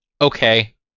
Okay